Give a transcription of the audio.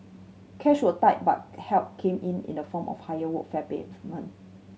cash was tight but help came in in the form of a higher workfare payment